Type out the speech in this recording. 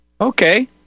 Okay